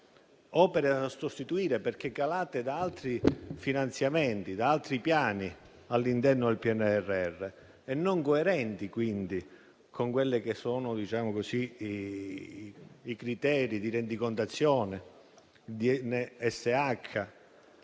opere da sostituire, perché calate da altri finanziamenti e da altri piani all'interno del PNRR e non coerenti, quindi, con i criteri di rendicontazione, il